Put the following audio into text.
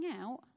out